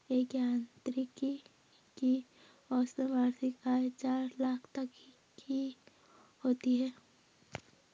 एक यांत्रिकी की औसतन वार्षिक आय चार लाख तक की होती है